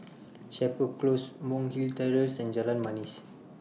Chapel Close Monk's Hill Terrace and Jalan Manis